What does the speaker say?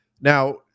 Now